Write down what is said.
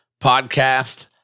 podcast